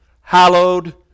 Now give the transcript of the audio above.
hallowed